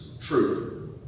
truth